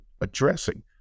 addressing